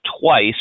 twice